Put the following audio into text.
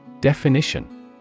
Definition